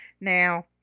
Now